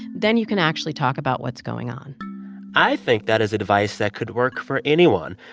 then you can actually talk about what's going on i think that is advice that could work for anyone,